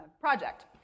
project